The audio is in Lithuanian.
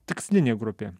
tikslinė grupė